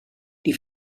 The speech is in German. die